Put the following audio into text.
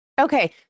Okay